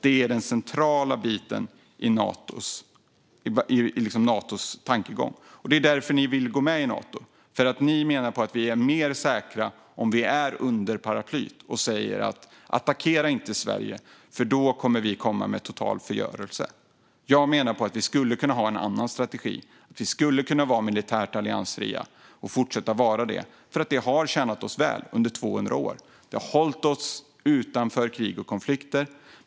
Det är den centrala biten i Natos tankegång. Det är därför ni vill gå med i Nato. Ni menar att vi är mer säkra om vi är under paraplyet och säger: Attackera inte Sverige, för då kommer vi med total förgörelse! Jag menar att vi skulle kunna ha en annan strategi. Vi skulle kunna fortsätta vara militärt alliansfria. Det har tjänat oss väl under 200 år. Det har hållit oss utanför krig och konflikter.